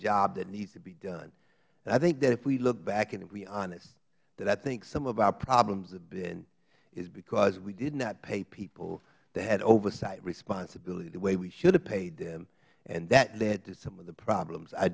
job that needs to be done i think that if we look back and if we're honest that i think some of our problems have been is because we did not pay people that had oversight responsibility the way we should have paid them and that led to some of the problems i